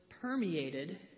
permeated